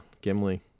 Gimli